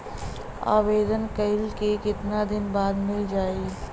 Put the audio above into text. आवेदन कइला के कितना दिन बाद मिल जाई?